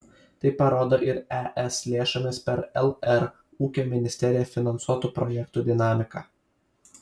tai parodo ir es lėšomis per lr ūkio ministeriją finansuotų projektų dinamika